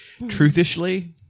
Truthishly